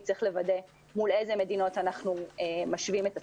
צריך לוודא מול איזה מדינות אנחנו משווים את עצמנו.